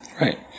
Right